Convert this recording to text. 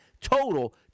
Total